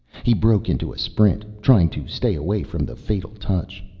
he broke into a sprint, trying to stay away from the fatal touch.